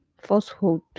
falsehood